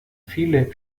viele